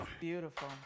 beautiful